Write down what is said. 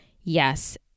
yes